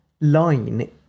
line